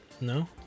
No